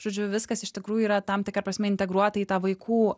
žodžiu viskas iš tikrųjų yra tam tikra prasme integruota į tą vaikų